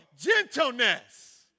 gentleness